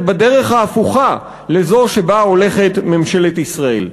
בדרך ההפוכה לזו שבה הולכת ממשלת ישראל.